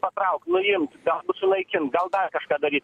patraukt nuimt galbūt sunaikint gal dar kažką daryt